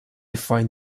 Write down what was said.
find